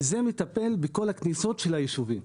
שמטפל בכל הכניסות של היישובים.